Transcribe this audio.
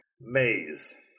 Maze